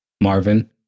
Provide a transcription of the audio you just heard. Marvin